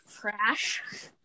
Crash